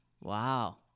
wow